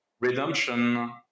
redemption